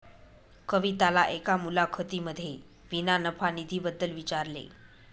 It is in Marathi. कविताला एका मुलाखतीमध्ये विना नफा निधी बद्दल विचारले